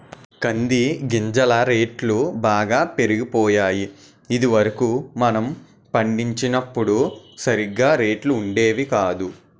కంది గింజల రేట్లు బాగా పెరిగిపోయాయి ఇది వరకు మనం పండించినప్పుడు సరిగా రేట్లు ఉండేవి కాదు